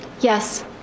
Yes